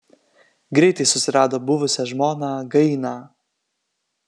greitai susirado buvusią žmoną gainą